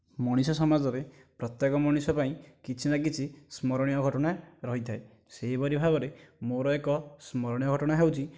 ମଣିଷ ସମାଜରେ ପ୍ରତ୍ୟେକ ମଣିଷ ପାଇଁ କିଛି ନା କିଛି ସ୍ମରଣୀୟ ଘଟଣା ରହିଥାଏ ସେହିପରି ଭାବରେ ମୋର ଏକ ସ୍ମରଣୀୟ ଘଟଣା ହେଉଛି